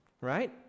right